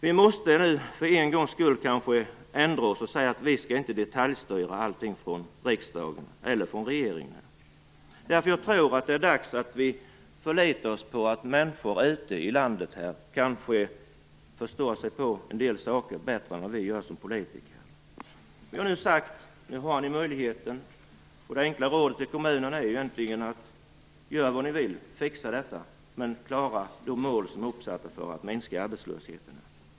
Vi måste nu för en gångs skull kanske ändra oss och säga att vi inte skall detaljstyra allting från riksdagen - eller regeringen. Det är dags att vi förlitar oss på att människor ute i landet förstår sig på en del saker bättre än vad vi politiker gör. Vi har nu sagt: Nu har ni möjligheten. Det enkla rådet till kommunerna är egentligen: Gör vad ni vill! Fixa detta! Men klara de mål som är uppsatta för att minska arbetslösheten!